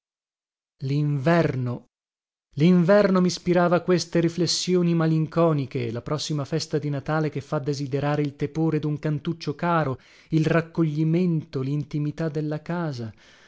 poco linverno linverno mispirava queste riflessioni malinconiche la prossima festa di natale che fa desiderare il tepore dun cantuccio caro il raccoglimento lintimità della casa